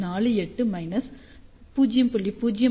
48 0